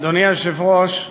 אדוני היושב-ראש,